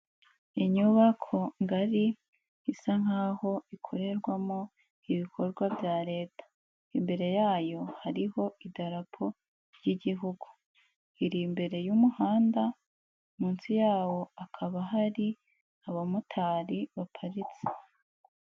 Inyubako ngari isa nkaho ikorerwamo ibikorwa bya leta, imbere yayo hariho idarapo ry'igihugu, iri imbere y'umuhanda munsi yawo hakaba hari abamotari baparitse.